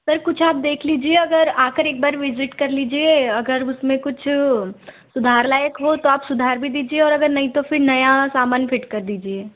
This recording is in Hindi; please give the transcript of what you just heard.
सर कुछ आप देख लिजिए अगर आकर एक बार विजिट कर लिजिए अगर उसमें कुछ सुधार लायक हो तो आप सुधार भी दीजिए और अगर नहीं तो फिर नया समान फिट कर दीजिए